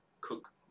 cook